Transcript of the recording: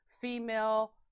female